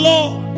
Lord